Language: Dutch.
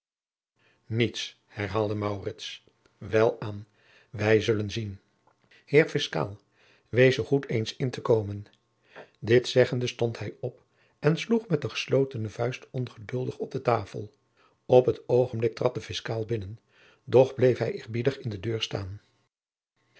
welaan wij zullen zien heer fiscaal wees zoo goed eens in te komen dit zeggende stond hij op en sloeg met de geslotene vuist ongeduldig op de tafel op het oogenblik trad de fiscaal binnen doch bleef hij eerbiedig in de deur staan